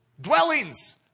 dwellings